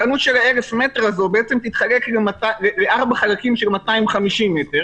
החנות של ה-1,000 מטר הזו תתחלק לארבעה חלקים של 250 מטר,